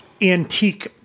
antique